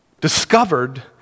discovered